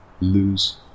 lose